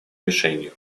мишенью